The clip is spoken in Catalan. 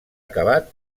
acabat